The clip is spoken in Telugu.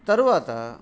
తరువాత